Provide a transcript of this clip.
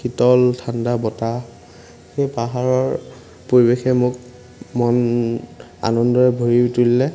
শীতল ঠাণ্ডা বতাহ সেই পাহাৰৰ পৰিৱেশে মোক মন আনন্দৰে ভৰি তুলিলে